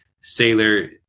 sailor